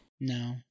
No